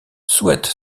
souhaite